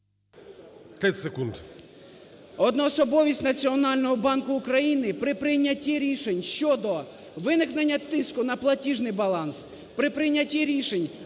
30 секунд.